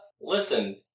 listen